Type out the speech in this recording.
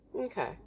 Okay